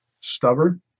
Stubborn